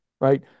right